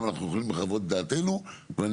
אבל אנחנו יכולים לחוות את דעתנו ואני